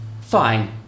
fine